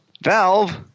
Valve